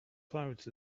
clouds